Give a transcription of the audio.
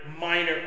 minor